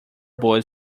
boy